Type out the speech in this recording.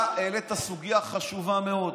אתה העלית סוגיה חשובה מאוד.